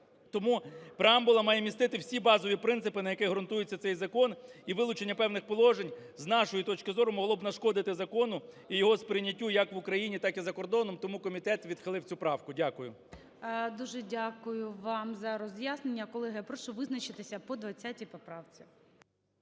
тому преамбула має містити всі базові принципи, на яких ґрунтується цей закон. І вилучення певних положень, з нашої точки зору, могло б нашкодити закону і його сприйняттю як в Україні, так і за кордоном. Тому комітет відхилив цю правку. Дякую. ГОЛОВУЮЧИЙ. Дуже дякую вам за роз'яснення. Колеги, я прошу визначитися по 20 поправці.